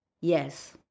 Yes